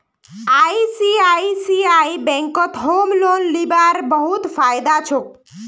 ICICI बैंकत home loan लीबार बहुत फायदा छोक